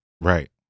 Right